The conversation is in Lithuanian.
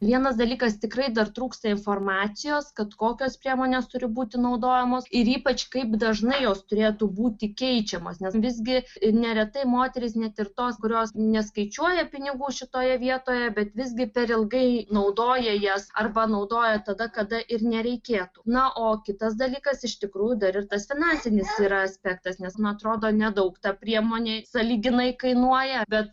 vienas dalykas tikrai dar trūksta informacijos kad kokios priemonės turi būti naudojamos ir ypač kaip dažnai jos turėtų būti keičiamos nes visgi neretai moterys net ir tos kurios neskaičiuoja pinigų šitoje vietoje bet visgi per ilgai naudoja jas arba naudoja tada kada ir nereikėtų na o kitas dalykas iš tikrųjų dar ir tas finansinis aspektas nes man atrodo nedaug ta priemonė sąlyginai kainuoja bet